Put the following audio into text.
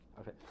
Okay